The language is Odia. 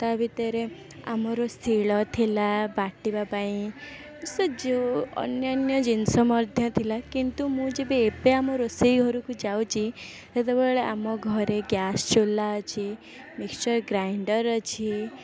ତା' ଭିତରେ ଆମର ଶିଳ ଥିଲା ବାଟିବା ପାଇଁ ସେ ଯେଉଁ ଅନ୍ୟାନ୍ୟ ଜିନିଷ ମଧ୍ୟ ଥିଲା କିନ୍ତୁ ମୁଁ ଯେବେ ଏବେ ଆମ ରୋଷେଇ ଘରକୁ ଯାଉଛି ସେତେବେଳେ ଆମ ଘରେ ଗ୍ୟାସ୍ ଚୁଲା ଅଛି ମିକ୍ସଚର୍ ଗ୍ରାଇଣ୍ଡର୍ ଅଛି